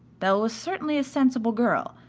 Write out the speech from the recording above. belle was certainly a sensible girl,